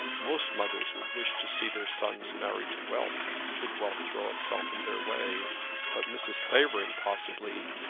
most mothers would wish to see their sons married to wealth, should wealth throw itself in their way but mrs. clavering, possibly,